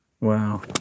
Wow